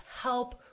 help